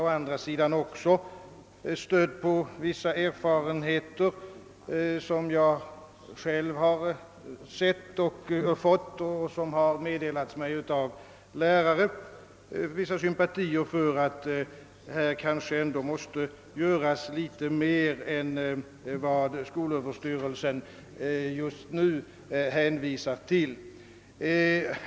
Å andra sidan har jag, stödd på vissa erfarenheter, som jag antingen själv gjort eller som har meddelats mig av lärare, vissa sympatier för att det kanske ändå måste göras litet mer än vad skolöverstyrelsen hänvisar till.